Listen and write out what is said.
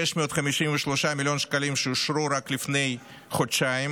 ל-653 מיליון שקלים שאושרו רק לפני חודשיים,